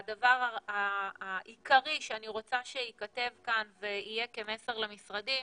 והדבר העיקרי שאני רוצה שייכתב כאן ויהיה כמסר למשרדים,